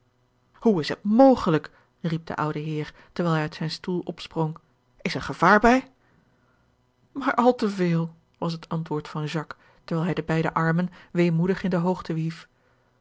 hoe is het mogelijk riep de oude heer terwijl hij uit zijn stoel opsprong is er gevaar bij maar al te veel was het antwoord van jacques terwijl hij de beide armen weemoedig in de hoogte hief